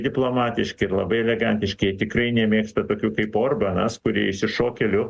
diplomatiški ir labai elegantiški tikrai nemėgsta tokių kaip orbanas kurie išsišokėliu